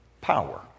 power